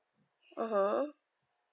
mmhmm